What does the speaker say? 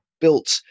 built